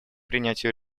принятию